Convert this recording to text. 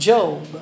Job